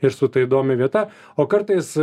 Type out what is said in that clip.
ir su ta įdomia vieta o kartais